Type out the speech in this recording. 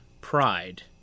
Pride